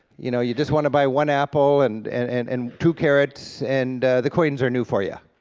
you know, you just want to buy one apple and and and and two carrots, and the coins are new for you,